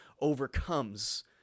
overcomes